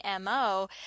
MO